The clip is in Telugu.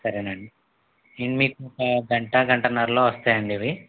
సరే అండీ మీకు ఒక గంట గంటన్నరలో వస్తాయండి ఇవి